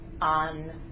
on